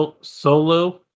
solo